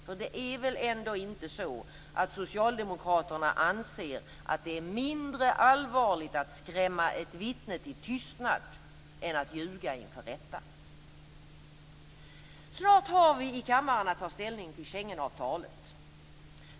För det är väl ändå inte så att socialdemokraterna anser att det är mindre allvarligt att skrämma ett vittne till tystnad än att ljuga inför rätta. Snart har vi i kammaren att ta ställning till Schengenavtalet.